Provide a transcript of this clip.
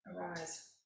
arise